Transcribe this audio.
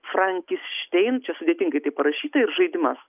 frankištein šia sudėtingai taip parašyta ir žaidimas